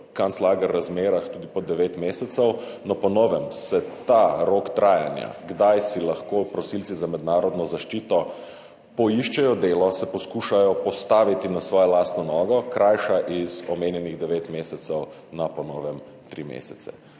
kanclager razmerah tudi po 9 mesecev. No, po novem se ta rok trajanja, kdaj si lahko prosilci za mednarodno zaščito poiščejo delo, se poskušajo postaviti na svojo lastno nogo, krajša iz omenjenih 9 mesecev na po novem 3 mesece.